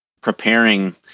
preparing